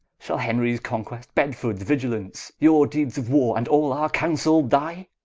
shall henries conquest, bedfords vigilance, your deeds of warre, and all our counsell dye?